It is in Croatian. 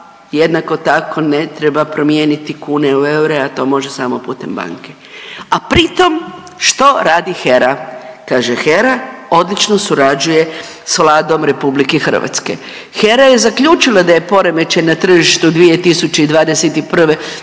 jednako tako ne treba promijeniti kune u eure, a to može samo putem banke. A pritom što radi HERA? Kaže HERA odlično surađuje s Vladom RH. HERA je zaključila da je poremećaj na tržištu 2021.